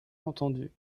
entendu